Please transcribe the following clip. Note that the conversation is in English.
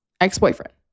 ex-boyfriend